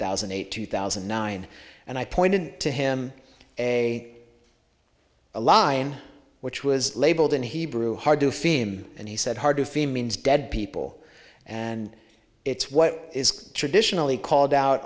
thousand and eight two thousand and nine and i pointed to him a line which was labeled in hebrew hard to feed him and he said hard to fim means dead people and it's what is traditionally called out